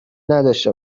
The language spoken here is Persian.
نداشته